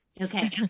Okay